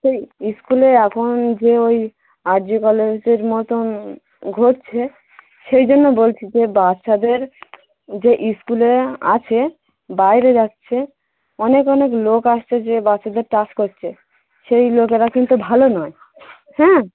এই স্কুলে এখন যে ওই আর জি কলেজের মতোন ঘটছে সেই জন্য বলছি যে বাচ্চাদের যে স্কুলে আছে বাইরে যাচ্ছে অনেক অনেক লোক আসছে যে বাচ্চাদের টাচ করছে সেই লোকেরা কিন্তু ভালো নয় হ্যাঁ